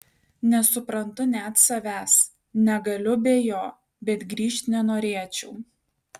nesuprantu net savęs negaliu be jo bet grįžt nenorėčiau